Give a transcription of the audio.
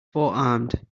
forearmed